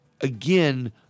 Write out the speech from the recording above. Again